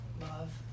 love